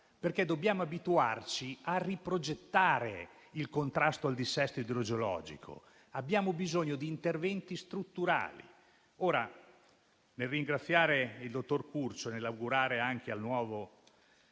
Perché dobbiamo abituarci a riprogettare il contrasto al dissesto idrogeologico. Abbiamo bisogno di interventi strutturali. Nel ringraziare il dottor Curcio e nell'augurare al nuovo